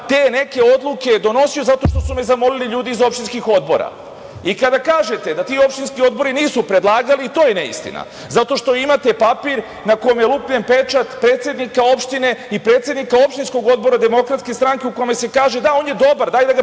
te neke odluke donosio zato što su me zamolili ljudi iz opštinskih odbora. Kada kažete da ti opštinski odbori nisu predlagali to je neistina zato što imate papir na kome je lupljen pečat predsednika opštine i predsednika opštinskog odbora DS u kome se kaže – da, on je dobar, daj da ga